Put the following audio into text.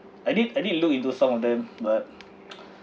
I did I did look into some of them but